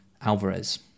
Alvarez